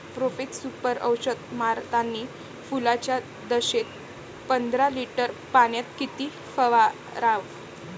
Profex Super औषध मारतानी फुलाच्या दशेत पंदरा लिटर पाण्यात किती फवाराव?